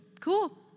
cool